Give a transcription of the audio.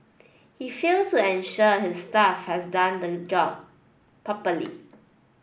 he failed to ensure his staff has done the job properly